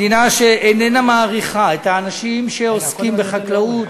מדינה שאיננה מעריכה את האנשים שעוסקים בחקלאות